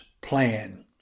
plan